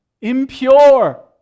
impure